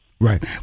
Right